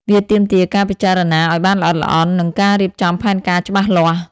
វាទាមទារការពិចារណាឲ្យបានល្អិតល្អន់ និងការរៀបចំផែនការច្បាស់លាស់។